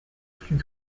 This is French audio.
plus